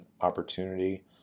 opportunity